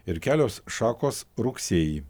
ir kelios šakos rugsėjį